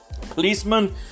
Policeman